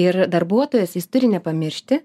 ir darbuotojas jis turi nepamiršti